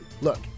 Look